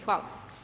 Hvala.